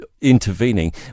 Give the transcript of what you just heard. intervening